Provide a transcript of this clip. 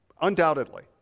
undoubtedly